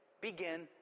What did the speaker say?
begin